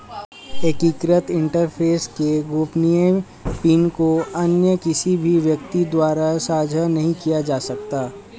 एकीकृत इंटरफ़ेस के गोपनीय पिन को अन्य किसी भी व्यक्ति द्वारा साझा नहीं किया जा सकता